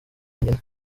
wenyine